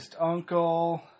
uncle